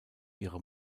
ihre